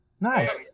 Nice